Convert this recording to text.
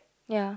ya